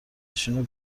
نشین